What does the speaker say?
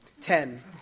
Ten